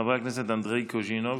חבר הכנסת אנדרי קוז'ינוב.